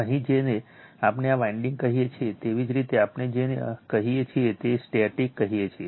અહીં જેને આપણે આ વાઇન્ડીંગ કહીએ છીએ તેવી જ રીતે આપણે જેને કહીએ છીએ તેને સ્ટેટિક કહીએ છીએ